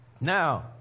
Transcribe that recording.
Now